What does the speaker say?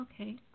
Okay